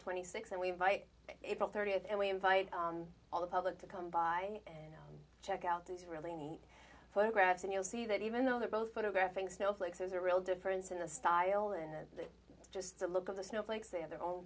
twenty sixth and we invite april thirtieth and we invite all the public to come by and check out these really neat photographs and you'll see that even though they're both photographing snowflakes is a real difference in the style and just the look of the snowflakes they have their own